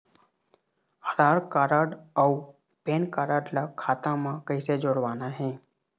आधार card अऊ PAN card ला खाता म कइसे जोड़वाना हे?